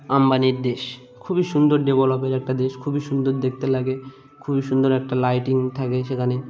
আম্বানির দেশ খুবই সুন্দর ডেভেলপের একটা দেশ খুবই সুন্দর দেখতে লাগে খুবই সুন্দর একটা লাইটিং থাকে সেখানে